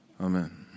Amen